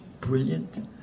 brilliant